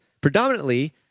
Predominantly